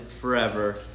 forever